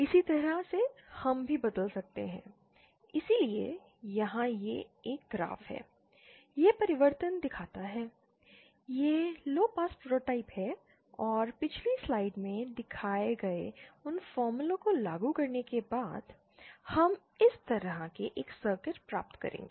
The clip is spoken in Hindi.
इसी तरह से हम भी बदल सकते हैं इसलिए यहां यह एक ग्राफ है यह परिवर्तन दिखाता है ये लोपास प्रोटोटाइप हैं और पिछली स्लाइड में दिखाए गए उन फार्मूला को लागू करने के बाद हम इस तरह से एक सर्किट प्राप्त करेंगे